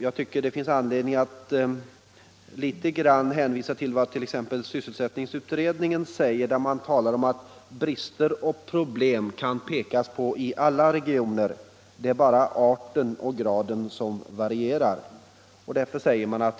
Jag tycker det finns anledning att här något hänvisa till vad sysselsättningsutredningen skriver, nämligen följande: ”Brister och problem kan pekas på i alla regioner — det är bara arten och graden som varierar.